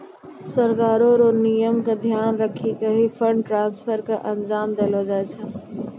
सरकार र नियम क ध्यान रखी क ही फंड ट्रांसफर क अंजाम देलो जाय छै